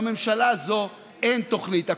לממשלה הזאת אין תוכנית.